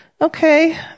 okay